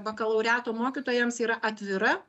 bakalaureato mokytojams yra atvira